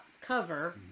cover